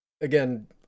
Again